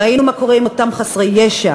ראינו מה קורה עם אותם חסרי ישע,